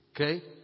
Okay